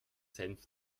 senf